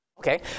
Okay